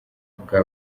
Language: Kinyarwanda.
bwa